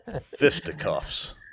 Fisticuffs